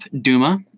Duma